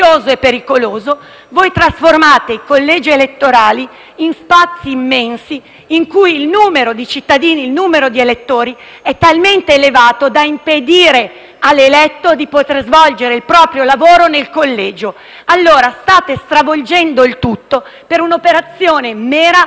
pericoloso - i collegi elettorali in spazi immensi in cui il numero di elettori è talmente elevato da impedire all'eletto di poter svolgere il proprio lavoro nel collegio. State stravolgendo il tutto per un'operazione di mera propaganda.